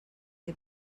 que